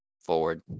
Forward